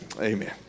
amen